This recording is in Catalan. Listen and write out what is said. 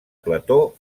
plató